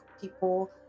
people